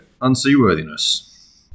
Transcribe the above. unseaworthiness